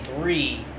three